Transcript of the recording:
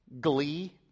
glee